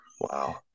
Wow